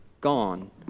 gone